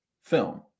film